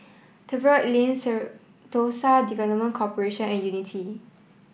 Tiverton Lane Sentosa Development Corporation and Unity